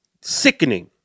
sickening